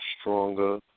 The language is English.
stronger